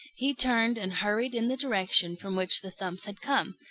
he turned and hurried in the direction from which the thumps had come,